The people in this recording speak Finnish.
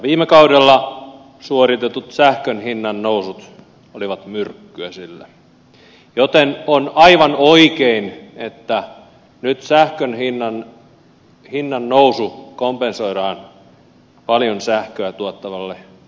viime kaudella suoritetut sähkön hinnannousut olivat myrkkyä sille joten on aivan oikein että nyt sähkön hinnannousu kompensoidaan paljon sähköä tuottavalle perusteollisuudelle